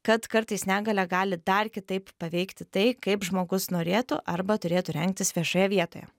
kad kartais negalia gali dar kitaip paveikti tai kaip žmogus norėtų arba turėtų rengtis viešoje vietoje